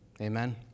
Amen